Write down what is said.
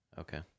Okay